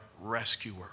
rescuer